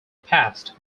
passed